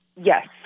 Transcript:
yes